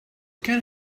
can